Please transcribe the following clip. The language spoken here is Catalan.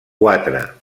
quatre